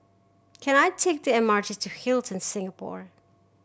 can I take the M R T to Hilton Singapore